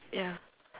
ya